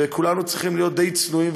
וכולנו צריכים להיות די צנועים,